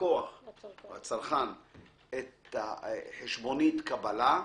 הצרכן את החשבונית, את הקבלה,